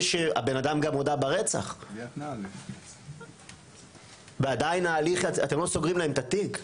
הבן אדם גם הודה ברצח ועדיין אתם לא סוגרים להם את התיק,